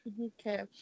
Okay